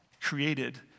created